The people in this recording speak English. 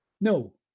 no